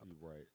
Right